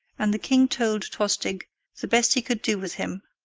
and the king told tostig the best he could do with him.